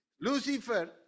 Lucifer